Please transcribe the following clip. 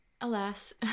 alas